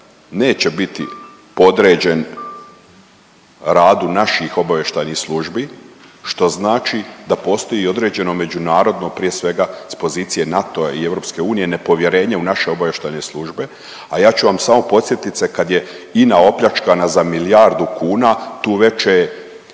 neće biti podređen radu naših obavještajnih službi što znači da postoji i određeno međunarodno prije svega s pozicije NATO-a i EU nepovjerenje u naše obavještajne službe, a ja ću vam samo podsjetit se kad je INA opljačkana za milijardu kuna tu večer